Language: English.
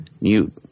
Mute